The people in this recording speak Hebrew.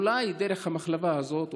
אולי דרך המחלבה הזאת,